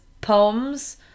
poems